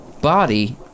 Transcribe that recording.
body